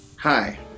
Hi